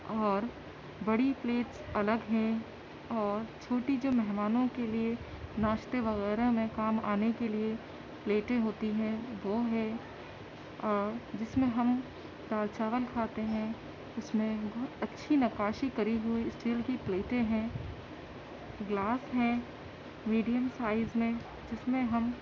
اور بڑی پلیٹس الگ ہیں اور چھوٹی جو مہمانوں کے لیے ناشتے وغیرہ میں کام آنے کے لیے پلیٹیں ہوتی ہیں وہ ہے اور جس میں ہم دال چاول کھاتے ہیں اس میں بہت اچھی نقاشی کری ہوئی اسٹیل کی پلیٹیں ہیں گلاس ہیں میڈیم سائز میں جس میں ہم